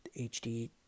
HD